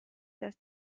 dass